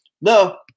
no